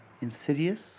insidious